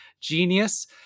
genius